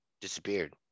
disappeared